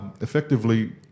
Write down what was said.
effectively